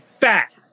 fat